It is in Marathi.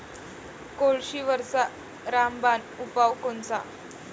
कोळशीवरचा रामबान उपाव कोनचा?